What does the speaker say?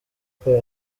kuko